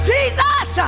Jesus